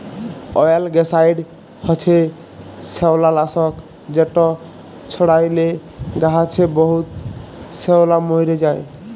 অয়েলগ্যাসাইড হছে শেওলালাসক যেট ছড়াইলে গাহাচে বহুত শেওলা মইরে যায়